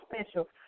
special